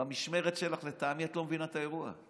במשמרת שלך לטעמי את לא מבינה את האירוע.